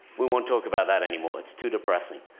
we won't talk about that anymore. it's too depressing.